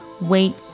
wait